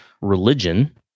religion